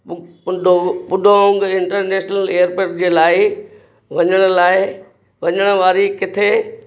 पुडो Pudong international airport जे लाइ वञण लाइ वञण वारी किथे